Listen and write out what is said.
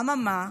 אממה,